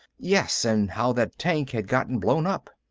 yes, and how that tank had gotten blown up.